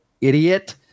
idiot